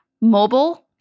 mobile